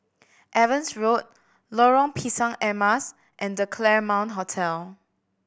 Evans Road Lorong Pisang Emas and The Claremont Hotel